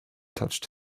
touched